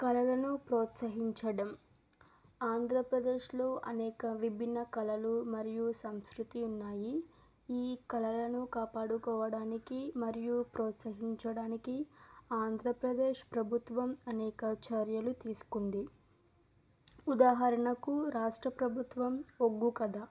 కళలను ప్రోత్సహించడం ఆంధ్రప్రదేశ్లో అనేక విభిన్న కళలు మరియు సంస్కృతి ఉన్నాయి ఈ కళలను కాపాడుకోవడానికి మరియు ప్రోత్సహించడానికి ఆంధ్రప్రదేశ్ ప్రభుత్వం అనేక చర్యలు తీసుకుంది ఉదాహరణకు రాష్ట్ర ప్రభుత్వం ఒగ్గు కథ